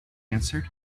answered